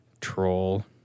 troll